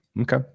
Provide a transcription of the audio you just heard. Okay